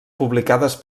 publicades